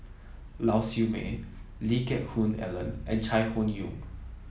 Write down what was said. Lau Siew Mei Lee Geck Hoon Ellen and Chai Hon Yoong